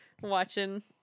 watching